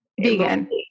vegan